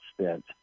spent